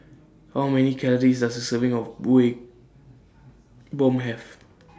How Many Calories Does A Serving of Kuih Bom Have